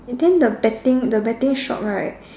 and then the betting the betting shop right